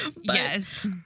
Yes